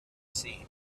seen